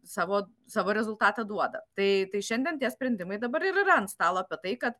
savo savo rezultatą duoda tai tai šiandien tie sprendimai dabar ir yra ant stalo apie tai kad